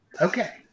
Okay